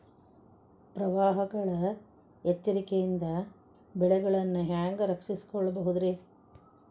ಪ್ರವಾಹಗಳ ಎಚ್ಚರಿಕೆಯಿಂದ ಬೆಳೆಗಳನ್ನ ಹ್ಯಾಂಗ ರಕ್ಷಿಸಿಕೊಳ್ಳಬಹುದುರೇ?